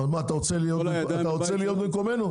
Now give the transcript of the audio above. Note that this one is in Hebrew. אז מה, אתה רוצה להיות במקומנו?